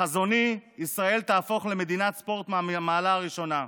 בחזוני, ישראל תהפוך למדינת ספורט מהמעלה הראשונה.